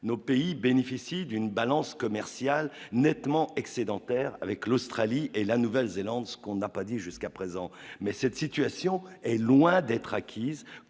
nos pays bénéficient d'une balance commerciale nettement excédentaire avec l'Australie et la Nouvelle-Zélande, ce qu'on n'a pas dit jusqu'à présent, mais cette situation est loin d'être acquise